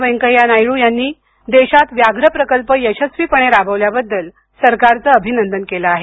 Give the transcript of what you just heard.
वेन्कैया नायडू यांनी देशात व्याघ्र प्रकल्प यशस्वीपणे राबवल्याबद्दल सरकारचं अभिनंदन केलं आहे